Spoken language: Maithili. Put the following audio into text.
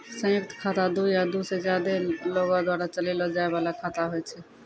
संयुक्त खाता दु या दु से ज्यादे लोगो द्वारा चलैलो जाय बाला खाता होय छै